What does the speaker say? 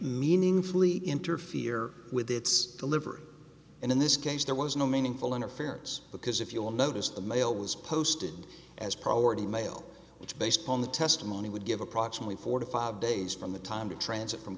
meaningfully interfere with its delivery and in this case there was no meaningful interference because if you'll notice the mail was posted as priority mail which based on the testimony would give approximately forty five days from the time to transit from